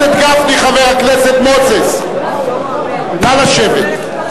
חבר הכנסת גפני, חבר הכנסת מוזס, נא לשבת.